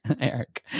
Eric